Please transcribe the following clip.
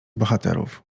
bohaterów